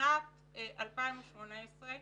בשנת 2018,